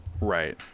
Right